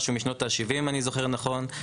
משהו משנות השבעים אם אני זוכר נכון.